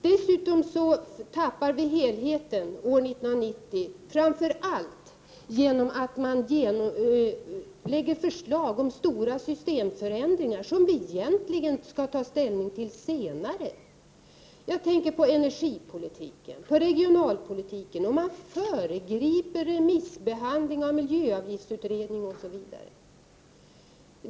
Dessutom tappar vi helheten år 1990, framför allt genom att lägga fram förslag om stora systemförändringar, som vi egentligen skall ta ställning till senare. Jag tänker på energipolitiken och på regionalpolitiken. Man föregriper remissbehandling av miljöavgiftsutredningen, osv.